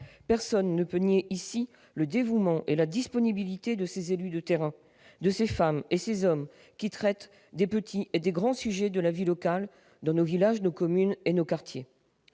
Personne ne peut nier dans cette enceinte le dévouement et la disponibilité de ces élus de terrain, de ces femmes et de ces hommes qui traitent des petits et des grands sujets de la vie locale dans nos villages, nos communes et nos quartiers.